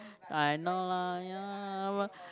I know lah ya